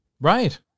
right